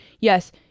Yes